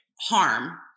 harm